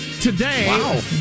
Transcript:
Today